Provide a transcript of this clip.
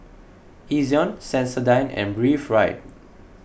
Ezion Sensodyne and Breathe Right